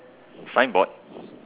signboard